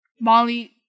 molly